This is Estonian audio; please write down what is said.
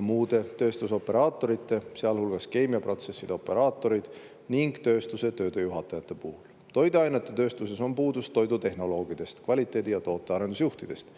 muudest tööstusoperaatorite, sealhulgas keemiaprotsesside operaatorid, ning tööstuse töödejuhatajate puhul. Toiduainete tööstuses on puudus toidutehnoloogidest ning kvaliteedi- ja tootearendusjuhtidest.